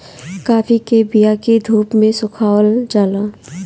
काफी के बिया के धूप में सुखावल जाला